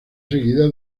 seguida